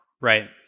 Right